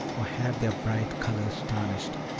or have their bright colors tarnished.